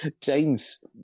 James